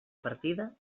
partida